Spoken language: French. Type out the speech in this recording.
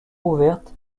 ouverte